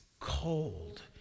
cold